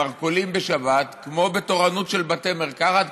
מרכולים בשבת כמו בתורנות של בתי מרקחת,